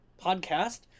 podcast